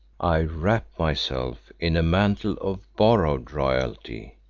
i wrap myself in a mantle of borrowed royalty,